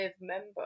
member